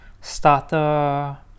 starter